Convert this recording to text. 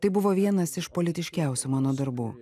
tai buvo vienas iš politiškiausių mano darbų